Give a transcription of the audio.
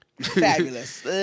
Fabulous